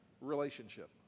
relationship